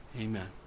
Amen